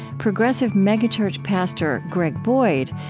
progressive megachurch pastor greg boyd,